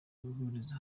guhuriza